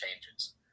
changes